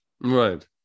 right